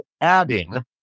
adding